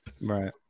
Right